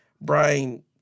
Brian